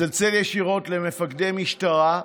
מצלצל ישירות למפקדי משטרה,